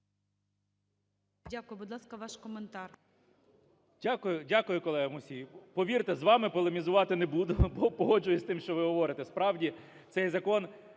Дякую. Будь ласка, ваш коментар.